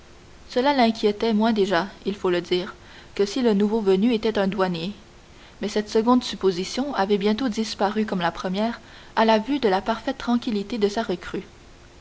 cela l'inquiétait moins déjà il faut le dire que si le nouveau venu était un douanier mais cette seconde supposition avait bientôt disparu comme la première à la vue de la parfaite tranquillité de sa recrue